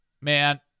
man